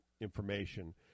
information